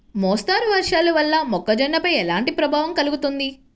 మోస్తరు వర్షాలు వల్ల మొక్కజొన్నపై ఎలాంటి ప్రభావం కలుగుతుంది?